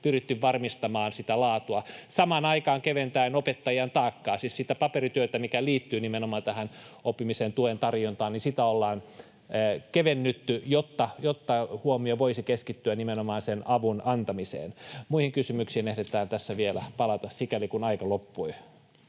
pyritty varmistamaan sitä laatua samaan aikaan keventäen opettajan taakkaa. Siis sitä paperityötä, mikä liittyy nimenomaan tähän oppimisen tuen tarjontaan, ollaan kevennetty, jotta huomio voisi keskittyä nimenomaan sen avun antamiseen. Muihin kysymyksiin ehditään tässä vielä palata, sikäli kuin aika loppui.